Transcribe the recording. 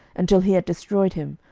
until he had destroyed him,